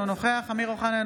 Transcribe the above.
אינו נוכח אמיר אוחנה,